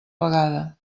vegada